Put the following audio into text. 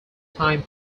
time